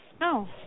No